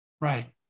Right